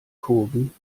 kurven